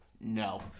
No